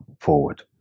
forward